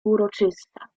uroczysta